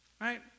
Right